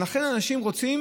לכן, אנשים רוצים